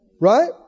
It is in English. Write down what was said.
right